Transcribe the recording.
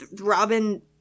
Robin